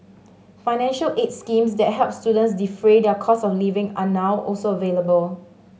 financial aid schemes that help students defray their cost of living are now also available